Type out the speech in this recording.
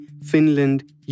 Finland